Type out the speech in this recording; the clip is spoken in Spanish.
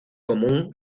común